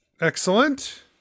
Excellent